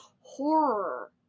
horror